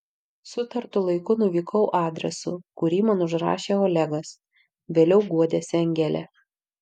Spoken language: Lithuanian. sutartu laiku nuvykau adresu kurį man užrašė olegas vėliau guodėsi angelė